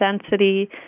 density